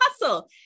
hustle